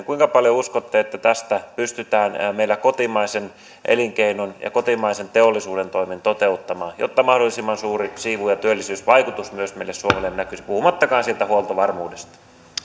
kuinka paljon uskotte tästä pystyttävän meillä kotimaisen elinkeinon ja kotimaisen teollisuuden toimin toteuttamaan jotta mahdollisimman suuri siivu ja työllisyysvaikutus myös meille suomeen näkyisi puhumattakaan siitä huoltovarmuudesta